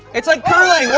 it's like curling.